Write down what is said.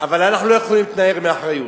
אבל אנחנו לא יכולים להתנער מאחריות,